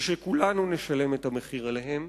וכולנו נשלם את המחיר עליהן,